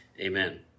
Amen